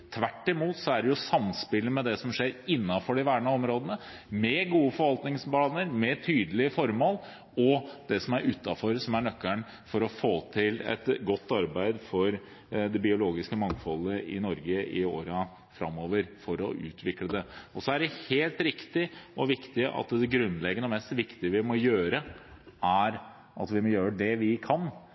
Tvert imot er det samspillet med det som skjer innenfor de vernede områdene, med gode forvaltningsplaner, med tydelige formål, og det som er utenfor, som er nøkkelen for å få til et godt arbeid for det biologiske mangfoldet i Norge i årene framover, og for å utvikle det. Så er det helt riktig at det grunnleggende og viktigste er å gjøre det vi kan for å stoppe klimaendringene, som skaper en endring som gjør det